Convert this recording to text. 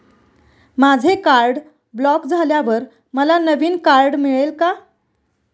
माझे card block झाल्यावर मला नवीन कार्ड मिळेल का?